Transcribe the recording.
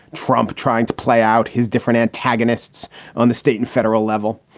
trump trying to play out his different antagonists on the state and federal level.